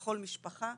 ולכל משפחה.